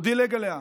הוא דילג עליה.